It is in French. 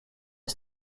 est